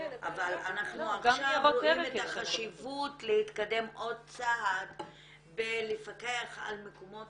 אבל אנחנו עכשיו רואים את החשיבות להתקדם עוד צעד בלפקח על מקומות